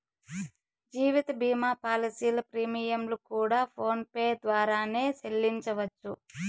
జీవిత భీమా పాలసీల ప్రీమియంలు కూడా ఫోన్ పే ద్వారానే సెల్లించవచ్చు